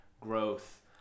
growth